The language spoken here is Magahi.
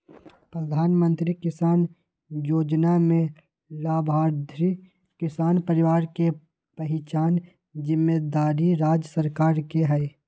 प्रधानमंत्री किसान जोजना में लाभार्थी किसान परिवार के पहिचान जिम्मेदारी राज्य सरकार के हइ